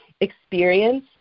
experience